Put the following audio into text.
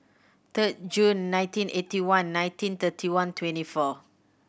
third June nineteen eighty one nineteen thirty one twenty four